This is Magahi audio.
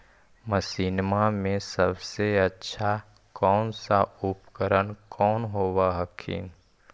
मसिनमा मे सबसे अच्छा कौन सा उपकरण कौन होब हखिन?